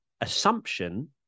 assumption